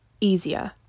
easier